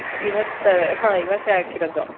ಇವತ್ತು ಹಾಂ ಇವತ್ತೇ ಹಾಕಿರೋದು